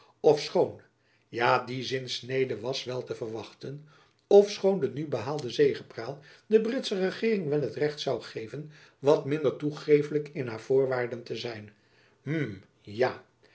ofschoon ja die zinsnede was wel te verwachten ofschoon de nu behaalde zegepraal de britsche regeering wel recht zoû geven wat minder toegeeflijk in haar voorwaarden te zijn hm ja